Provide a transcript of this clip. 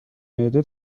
معده